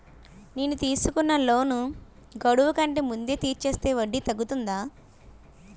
నేను తీసుకున్న లోన్ గడువు కంటే ముందే తీర్చేస్తే వడ్డీ తగ్గుతుందా?